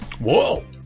Whoa